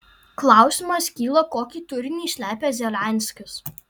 klausimas kyla kokį turinį slepia zelenskis